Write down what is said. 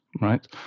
right